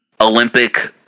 Olympic